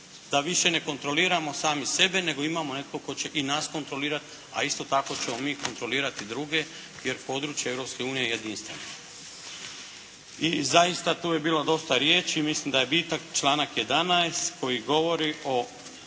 da više ne kontroliramo sami sebe, nego imamo i nekog tko će i nas kontrolirati, a isto tako ćemo mi kontrolirati druge jer je područje Europske unije jedinstveno. I zaista, tu je bilo dosta riječi. Mislim da je bitan članak 11. koji govori o